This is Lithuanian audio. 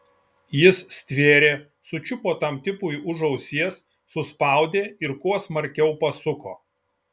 jis stvėrė sučiupo tam tipui už ausies suspaudė ir kuo smarkiau pasuko